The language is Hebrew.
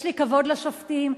יש לי כבוד לשופטים,